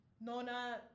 Nona